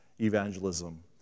evangelism